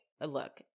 look